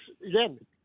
again